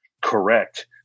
correct